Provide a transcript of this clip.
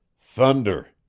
Thunder